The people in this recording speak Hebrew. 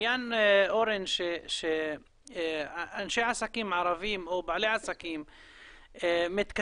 אורן, אנשי עסקים ערבים או בעלי עסקים מתקשים.